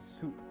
soup